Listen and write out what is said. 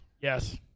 Yes